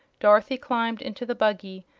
dorothy climbed into the buggy,